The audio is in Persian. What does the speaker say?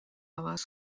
عوض